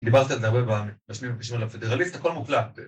דיברתי על זה הרבה פעמים, כשמי מתקשר לפדרליסט - הכל מוקלט.